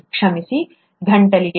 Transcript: ಕ್ಷಮಿಸಿ ಗಂಟಲಿಗೆ